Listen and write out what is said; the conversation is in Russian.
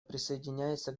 присоединяется